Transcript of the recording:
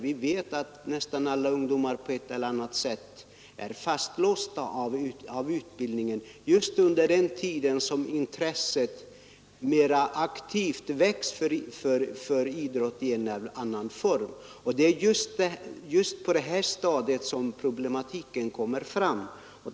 Vi vet att nästan alla ungdomar på ett eller annat sätt är fastlåsta av utbildningen just under den tid då intresset mera aktivt väcks för idrott i en eller annan form. Det är just på det stadiet som problematiken kommer fram.